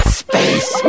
space